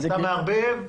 אתה מערבב